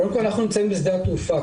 אנחנו נמצאים בשדה התעופה.